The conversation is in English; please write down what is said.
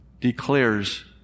declares